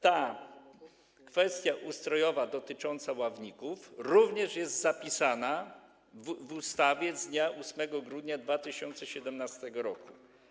Ta kwestia ustrojowa dotycząca ławników również jest zapisana w ustawie z dnia 8 grudnia 2017 r.